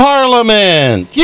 Parliament